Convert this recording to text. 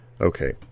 Okay